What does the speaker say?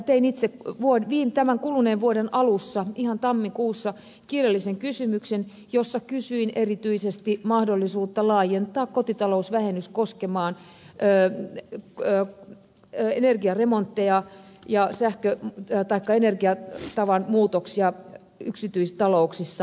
tein itse kuluneen vuoden alussa tammikuussa kirjallisen kysymyksen jossa kysyin erityisesti mahdollisuutta laajentaa kotitalousvähennys koskemaan energiaremontteja ja energiatavan muutoksia yksityistalouksissa